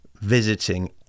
visiting